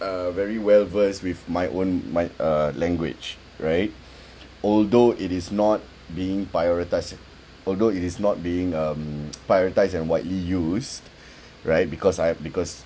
uh very well versed with my own my uh language right although it is not being prioritised although it is not being um prioritised and widely used right because I have because